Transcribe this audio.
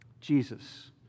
Jesus